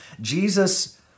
Jesus